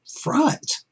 front